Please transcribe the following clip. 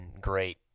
great